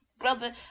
brother